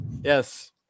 Yes